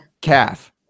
Calf